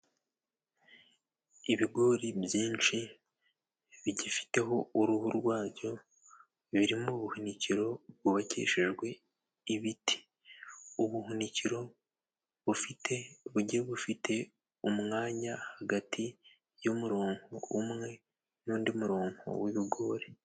Ibigori byinshi, bigifiteho uruhu rwabyo, biri m'ubuhunikero rwubakishijwe ibiti, ubuhunikiro bujyiye bufite umwanya hagati y'umurongo umwe n'undi murongo w'ibigori.